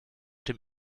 dem